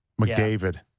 McDavid